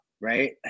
right